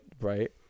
right